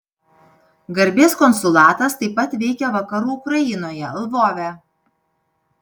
garbės konsulatas taip pat veikia vakarų ukrainoje lvove